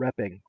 repping